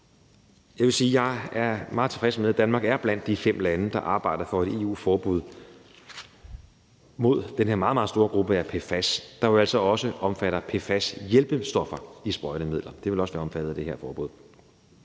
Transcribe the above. Jeg vil sige, at jeg er meget tilfreds med, at Danmark er blandt de fem lande, der arbejder for et EU-forbud mod den her meget, meget store gruppe af PFAS-stoffer, der jo altså også omfatter PFAS-hjælpestoffer i sprøjtemidler; det ville også være omfattet af det her forbud.